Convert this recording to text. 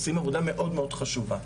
עושים עבודה מאוד חשובה.